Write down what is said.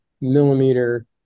millimeter